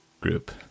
group